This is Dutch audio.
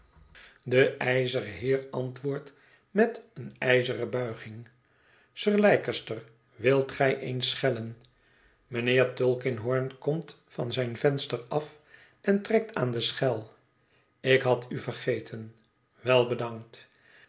de ijzeren heer antwoordt met eene ijzeren buiging sir leicester wilt gij eens schellen mijnheer tulkinghorn komt van zijn venster af en trekt aan de schel ik had u vergeten wel bedankt